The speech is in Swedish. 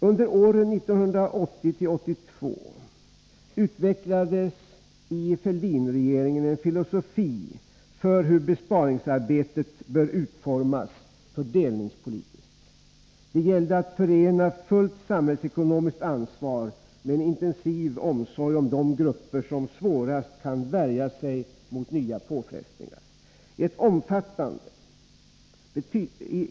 Under åren 1980-1982 utvecklades i Fälldinregeringen en filosofi för hur besparingsarbetet bör utformas fördelningspolitiskt. Det gällde att förena fullt samhällsekonomiskt ansvar med en intensiv omsorg om de grupper som har svårast att värja sig mot nya påfrestningar.